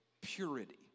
purity